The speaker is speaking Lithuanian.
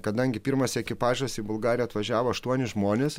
kadangi pirmas ekipažas į bulgariją atvažiavo aštuoni žmonės